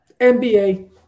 NBA